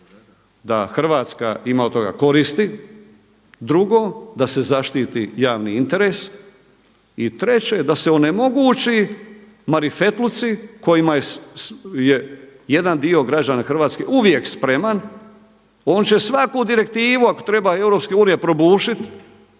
da Hrvatska ima od toga koristi, drugo da se zaštiti javni interes, i treće da se onemogući marifetluci kojima je jedan dio građana Hrvatske uvijek spreman, on će svaku direktivu ako treba Europske unije probušiti